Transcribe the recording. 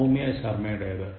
Soumya ശർമ്മയുടെത്